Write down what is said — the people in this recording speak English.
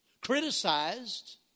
criticized